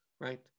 Right